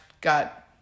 got